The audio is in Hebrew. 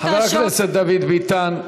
חבר הכנסת דוד ביטן,